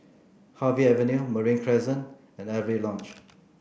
Harvey Avenue Marine Crescent and Avery Lodge